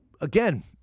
again